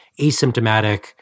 asymptomatic